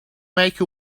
make